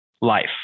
life